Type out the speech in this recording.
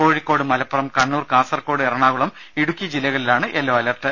കോഴിക്കോട് മലപ്പുറം കണ്ണൂർ കാസർകോട് എറണാകുളം ഇടുക്കി ജില്ലകളിലാണ് yellow alert